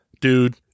Dude